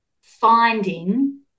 finding